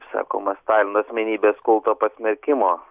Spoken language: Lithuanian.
sakoma stalino asmenybės kulto pasmerkimo